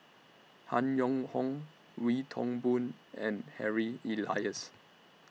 Han Yong Hong Wee Toon Boon and Harry Elias